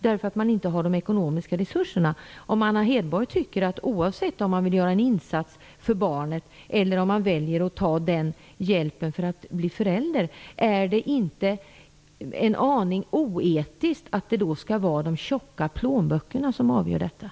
Tycker inte Anna Hedborg att det är en aning oetiskt att det skall vara de tjocka plånböckerna som avgör, oavsett om människor vill göra en insats för barn eller väljer att ta den hjälpen för att bli föräldrar?